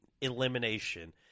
elimination